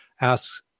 asks